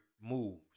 moves